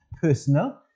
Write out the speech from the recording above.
personal